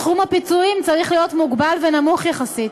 סכום הפיצויים צריך להיות מוגבל ונמוך יחסית.